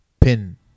Pin